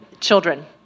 children